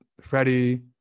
Freddie